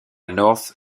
north